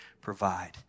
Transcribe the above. provide